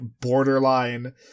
borderline